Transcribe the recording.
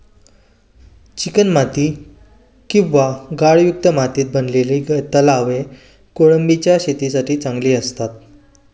चिकणमाती किंवा गाळयुक्त मातीत बनवलेले तलाव कोळंबीच्या शेतीसाठी चांगले असतात